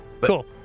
Cool